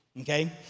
Okay